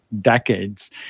decades